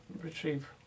retrieve